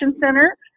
center